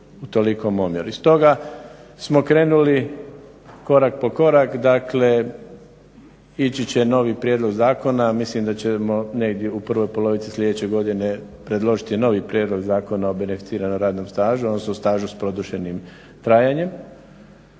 u tolikom omjeru. I stoga smo krenuli korak po korak dakle ići će novi prijedlog zakona, mislim da ćemo negdje u prvoj polovici sljedeće godine predložiti novi prijedlog zakona o beneficiranom radnom stažu odnosno stažu s produženim trajanjem,